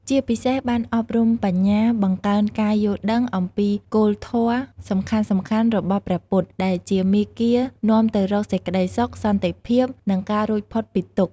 ជាពិសេសបាន អប់រំបញ្ញា បង្កើនការយល់ដឹងអំពីគោលធម៌សំខាន់ៗរបស់ព្រះពុទ្ធ ដែលជាមាគ៌ានាំទៅរកសេចក្ដីសុខ សន្តិភាព និងការរួចផុតពីទុក្ខ។